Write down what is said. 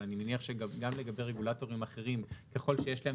אבל אני מניח שגם לגבי רגולטורים אחרים ככל שיש להם